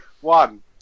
One